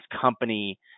company